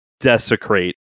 desecrate